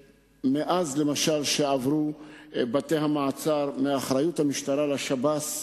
למשל, שמאז עברו בתי-המעצר מאחריות המשטרה לשב"ס,